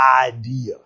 idea